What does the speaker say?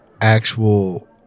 actual